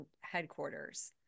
headquarters